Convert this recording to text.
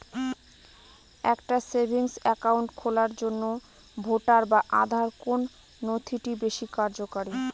একটা savings account খোলার জন্য ভোটার বা আধার কোন নথিটি বেশী কার্যকরী?